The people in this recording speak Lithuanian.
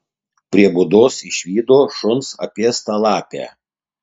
prie būdos išvydo šuns apėstą lapę